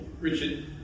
Richard